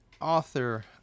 author